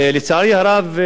לצערי הרב,